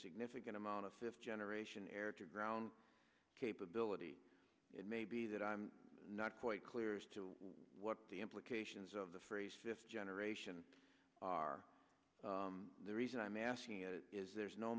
significant amount of fifth generation air to ground capability it may be that i'm not quite clear as to what the implications of the phrase fifth generation are the reason i'm asking it is there's no